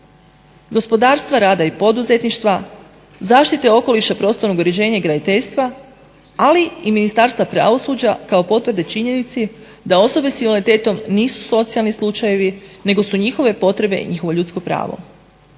gospodarstva, rada i poduzetništva, zaštite okoliša, prostornog uređenja i graditeljstva, ali i Ministarstva pravosuđa kao potvrde činjenici da osobe sa invaliditetom nisu socijalni slučajevi nego su njihove potrebe njihovo ljudsko pravo.